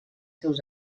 seus